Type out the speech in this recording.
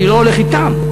אני לא הולך אתם.